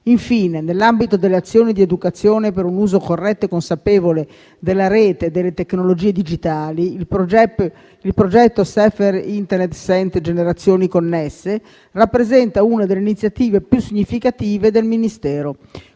Infine, nell'ambito delle azioni di educazione per un uso corretto e consapevole della Rete e delle tecnologie digitali, il progetto «Safer internet center-Generazioni connesse» rappresenta una delle iniziative più significative del Ministero.